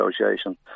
Association